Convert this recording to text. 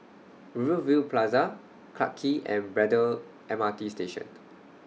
Rivervale Plaza Clarke Quay and Braddell M R T Station